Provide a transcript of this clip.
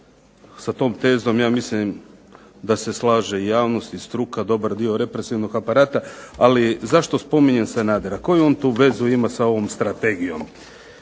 Sa tom tezom ja mislim da se slaže i javnost i struka, dobar dio represivnog aparata. Ali zašto spominjem Sanadera? Koju on to vezu ima sa ovom strategijom?